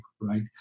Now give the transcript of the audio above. right